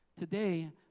today